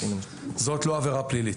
זאת לא עבירה פלילית.